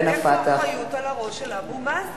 איפה האחריות על הראש של אבו מאזן?